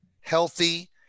Healthy